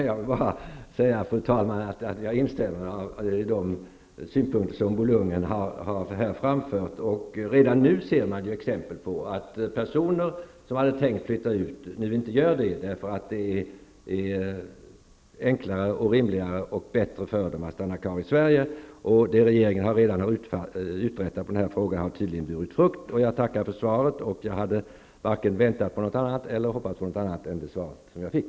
Fru talman! Jag vill bara säga att jag instämmer i de synpunkter som Bo Lundgren har framfört här. Redan nu ser man exempel på att personer som hade tänkt flytta ut inte gör det, eftersom det är enklare, rimligare och bättre för dem att stanna kvar i Sverige. Det regeringen redan har uträttat i den här frågan har tydligen burit frukt. Jag tackar för svaret. Jag hade varken väntat eller hoppats på något annat svar än det jag fick.